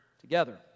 together